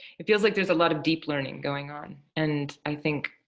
it feels like there's a lot of deep learning going on and i think